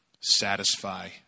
satisfy